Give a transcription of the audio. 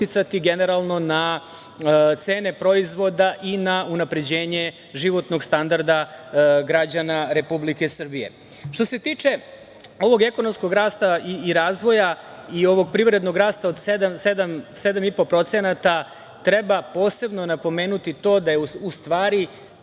generalno na cene proizvoda i na unapređenje životnog standarda građana Republike Srbije. Što se tiče ovog ekonomskog rasta i razvoja i ovog privrednog rasta od 7,5%, treba posebno napomenuti to da je u stvari